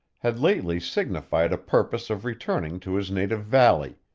had lately signified a purpose of returning to his native valley,